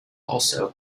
also